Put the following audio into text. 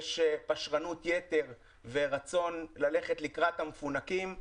יש פשרנות יתר ורצון ללכת לקראת המפונקים,